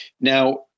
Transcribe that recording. Now